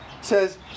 says